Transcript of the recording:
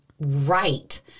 Right